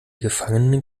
gefangenen